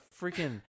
freaking